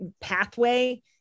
pathway